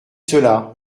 cela